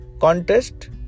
contest